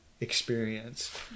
experience